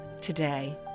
today